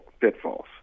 pitfalls